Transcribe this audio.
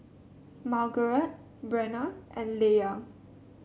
Margarette Brenna and Leia